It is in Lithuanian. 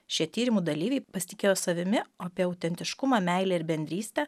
šie tyrimų dalyviai pasitikėjo savimi o apie autentiškumą meilę ir bendrystę